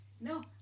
No